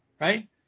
Right